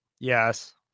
Yes